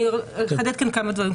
אני אחדד כמה דברים.